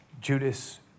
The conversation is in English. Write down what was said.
Judas